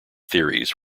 theories